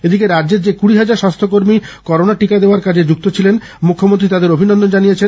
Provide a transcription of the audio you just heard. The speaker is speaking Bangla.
এদিকে রাজ্যের যে কুড়ি হাজার স্বাস্থ্যকর্মী করোনা টিকা দেওয়ার কাজে যুক্ত ছিলেন মুখ্যমন্ত্রী তাঁদের অভিনন্দন জানিয়েছেন